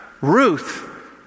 Ruth